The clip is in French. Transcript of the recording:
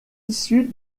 issu